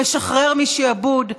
המשחרר משעבוד,